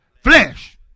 Flesh